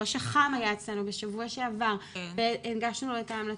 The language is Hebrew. ראש --- היה אצלנו בשבוע שעבר והגשנו לו את ההמלצות,